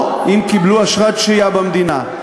או אם קיבלו אשרת שהייה במדינה.